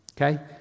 Okay